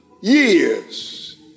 years